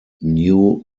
new